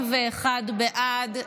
31 בעד,